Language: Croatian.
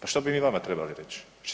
Pa što bi mi vama trebali reći?